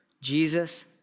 Jesus